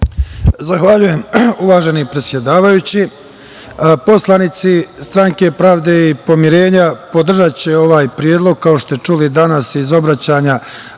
Zahvaljujem, uvaženi predsedavajući. Poslanici Stranke pravde i pomirenja podržaće ovaj predlog, kao što ste čuli danas iz obraćanja